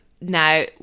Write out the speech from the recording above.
Now